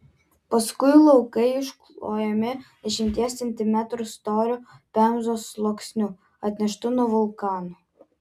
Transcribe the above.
paskui laukai užklojami dešimties centimetrų storio pemzos sluoksniu atneštu nuo vulkano